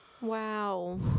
Wow